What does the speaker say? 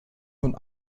von